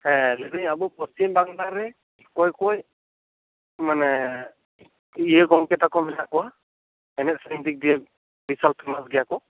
ᱦᱮᱸ ᱞᱟᱹᱭᱫᱮᱧ ᱟᱵᱚ ᱯᱚᱥᱪᱤᱢ ᱵᱟᱝᱞᱟ ᱨᱮ ᱚᱠᱚᱭ ᱚᱠᱚᱭ ᱢᱟᱱᱮ ᱤᱭᱟᱹ ᱜᱚᱝᱠᱮ ᱛᱟᱠᱚ ᱢᱮᱱᱟᱜ ᱠᱚᱣᱟ ᱮᱱᱮᱡ ᱥᱮᱨᱮᱧ ᱫᱤᱠ ᱫᱤᱭᱮ ᱵᱤᱥᱟᱞ ᱯᱷᱮᱢᱟᱥ ᱜᱮᱭᱟ ᱠᱚ